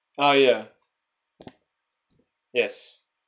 ah ya yes